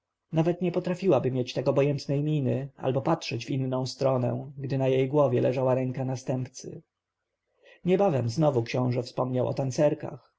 nawet nie potrafiłaby mieć tak obojętnej miny albo patrzeć w inną stronę gdy na jej głowie leżała ręka następcy niedawno znowu książę wspomniał o tancerkach